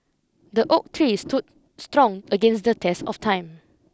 the oak tree stood strong against the test of time